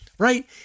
Right